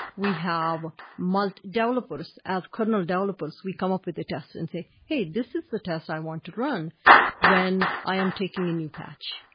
we have developers. as kernel developers, we come up with a test and say, hey, this is the test i want to run when i am taking a new patch,